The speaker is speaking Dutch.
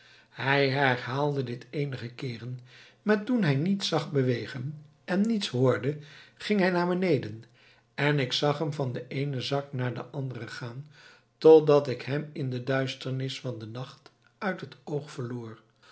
hij herhaalde dit eenige keeren maar toen hij niets zag bewegen en niets hoorde ging hij naar beneden en ik zag hem van den eenen zak naar den anderen gaan totdat ik hem in de duisternis van den nacht uit het oog verloor